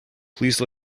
please